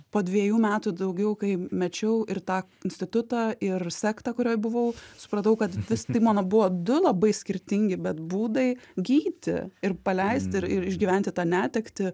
po dviejų metų daugiau kai mečiau ir tą institutą ir sektą kurioj buvau supratau kad vis tai mano buvo du labai skirtingi bet būdai gydyti ir paleist ir ir išgyventi tą netektį